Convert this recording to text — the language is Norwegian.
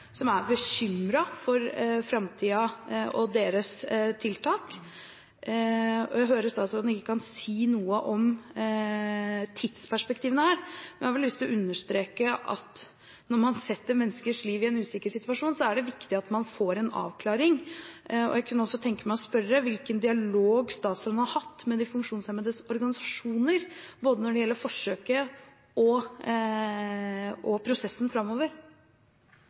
som er bekymret for framtiden og tiltakene sine. Jeg hører at statsråden ikke kan si noe om tidsperspektivene her, men jeg har lyst til å understreke at når man setter menneskers liv i en usikker situasjon, er det viktig at man får en avklaring. Jeg kunne også tenke meg å spørre hvilken dialog statsråden har hatt med de funksjonshemmedes organisasjoner, både når det gjelder forsøket og prosessen framover.